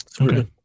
okay